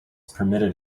permitted